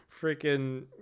freaking